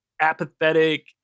apathetic